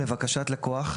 לבקשת לקוח,